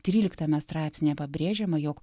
tryliktame straipsnyje pabrėžiama jog